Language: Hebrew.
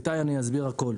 אסביר הכול.